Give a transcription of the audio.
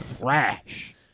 trash